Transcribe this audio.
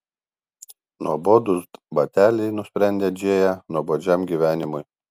nuobodūs bateliai nusprendė džėja nuobodžiam gyvenimui